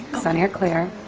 sunny, clear.